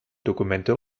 dokumente